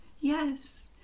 yes